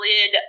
lid